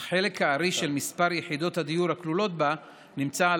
אך חלק הארי של מספר יחידות הדיור שכלולות בה נמצא על